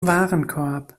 warenkorb